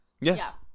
Yes